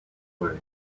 way